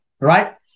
right